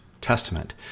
Testament